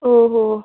ओ हो